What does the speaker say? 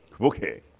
okay